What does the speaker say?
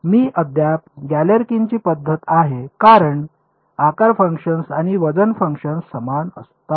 ही अद्याप गॅलेरकिनची पद्धत आहे कारण आकार फंक्शन्स आणि वजन फंक्शन्स समान आहेत